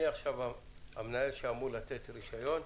אני המנהל שאמור לתת רישיון,